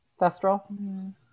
thestral